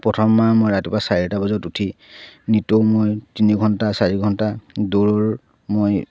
প্ৰথম মাহ মই ৰাতিপুৱা চাৰিটা বজাত উঠি নিতৌ মই তিনি ঘণ্টা চাৰি ঘণ্টা দৌৰৰ মই